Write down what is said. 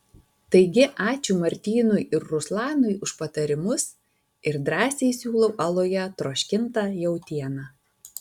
taigi ačiū martynui ir ruslanui už patarimus ir drąsiai siūlau aluje troškintą jautieną